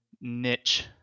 niche